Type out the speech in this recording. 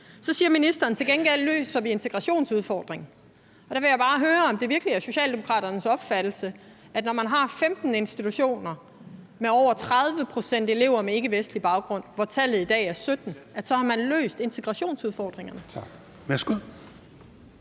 Så siger ministeren: Til gengæld løser vi integrationsudfordringen. Og der vil jeg bare høre, om det virkelig er Socialdemokraternes opfattelse, at når man har 15 institutioner med over 30 pct. elever med ikkevestlig baggrund, hvor det i dag er 17 pct., så har man løst integrationsudfordringerne.